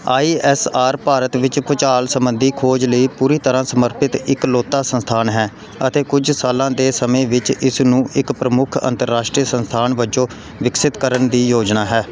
ਆਈ S R Bharat ਵਿੱਚ ਭੂਚਾਲ ਸਬੰਧੀ ਖੋਜ ਲਈ ਪੂਰੀ ਤਰ੍ਹਾਂ ਸਮਰਪਿਤ ਇਕਲੌਤਾ ਸੰਸਥਾਨ ਹੈ ਅਤੇ ਕੁਝ ਸਾਲਾਂ ਦੇ ਸਮੇਂ ਵਿੱਚ ਇਸ ਨੂੰ ਇੱਕ ਪ੍ਰਮੁੱਖ ਅੰਤਰਰਾਸ਼ਟਰੀ ਸੰਸਥਾਨ ਵਜੋਂ ਵਿਕਸਤ ਕਰਨ ਦੀ ਯੋਜਨਾ ਹੈ